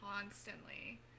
constantly